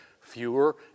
fewer